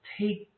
take